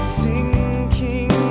sinking